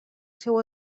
seu